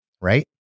right